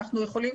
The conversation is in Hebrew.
אנחנו יכולים,